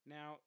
Now